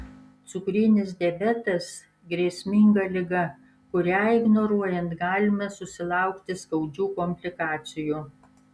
cukrinis diabetas grėsminga liga kurią ignoruojant galime susilaukti skaudžių komplikacijų